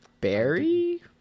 Barry